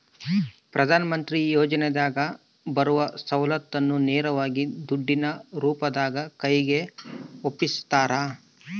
ಪ್ರಧಾನ ಮಂತ್ರಿ ಯೋಜನೆಯಾಗ ಬರುವ ಸೌಲತ್ತನ್ನ ನೇರವಾಗಿ ದುಡ್ಡಿನ ರೂಪದಾಗ ಕೈಗೆ ಒಪ್ಪಿಸ್ತಾರ?